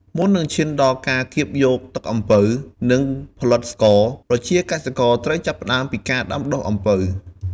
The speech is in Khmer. មុននឹងឈានដល់ការកៀបយកទឹកអំពៅ និងផលិតស្ករ ប្រជាកសិករត្រូវចាប់ផ្ដើមពីការដាំដុះអំពៅ។